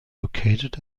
located